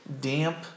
damp